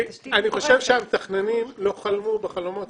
אני חושב שהמתכננים לא חלמו בחלומות